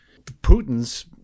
Putin's